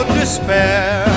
despair